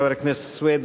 חבר הכנסת סוייד,